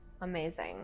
amazing